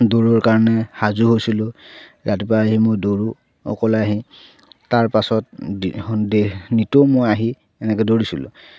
দৌৰৰ কাৰণে সাজু হৈছিলোঁ ৰাতিপুৱা আহি মই দৌৰোঁ অকলে আহি তাৰ পাছত নিতৌ মই আহি এনেকে দৌৰিছিলোঁ